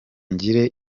ngire